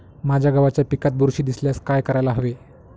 माझ्या गव्हाच्या पिकात बुरशी दिसल्यास काय करायला हवे?